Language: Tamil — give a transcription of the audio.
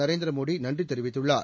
நரேந்திர மோடி நன்றி தெரிவித்துள்ளார்